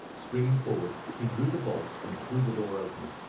springing forward he drew the bolt and threw the door open.